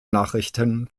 nachrichten